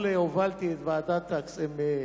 אתמול חנכת את ועדת הכספים.